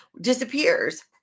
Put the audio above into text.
disappears